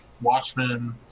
Watchmen